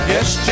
Yes